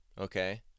okay